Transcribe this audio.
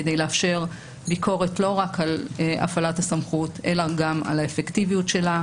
כדי לאפשר ביקורת לא רק על הפעלת הסמכות אלא גם על האפקטיביות שלה,